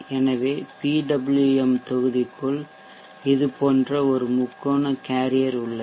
எனவே பிடபிள்யூஎம் தொகுதிக்குள் இது போன்ற ஒரு முக்கோண கேரியர் உள்ளது